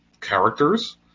characters